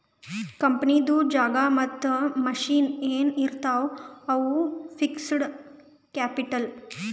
ಕಂಪನಿದು ಜಾಗಾ ಮತ್ತ ಮಷಿನ್ ಎನ್ ಇರ್ತಾವ್ ಅವು ಫಿಕ್ಸಡ್ ಕ್ಯಾಪಿಟಲ್